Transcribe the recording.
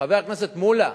חבר הכנסת מולה,